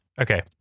okay